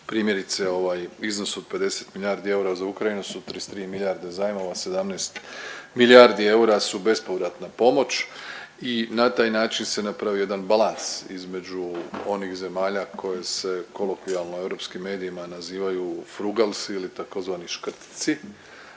Primjerice ovaj iznos od 50 milijardi eura za Ukrajinu su 33 milijarde zajmova, 17 milijardi eura su bespovratna pomoć i na taj način se napravio jedan balans između onih zemalja koje se kolokvijalno u europskim medijima nazivaju frugalsi ili tzv. škrtci